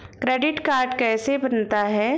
Credit card कैसे बनता है?